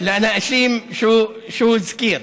לאנשים שהוא הזכיר,